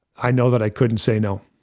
i know that i couldn't say no.